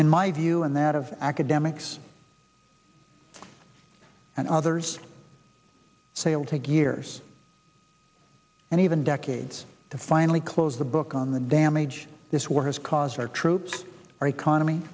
in my view and that of academics and others say will take years and even decades to finally close the book on the damage this war has caused our troops our economy